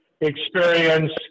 experience